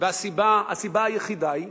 והסיבה היחידה היא,